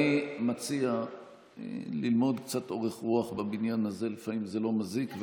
אני מציע ללמוד קצת אורך רוח בבניין הזה לפעמים זה לא מזיק,